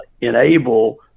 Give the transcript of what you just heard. enable